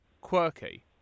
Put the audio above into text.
quirky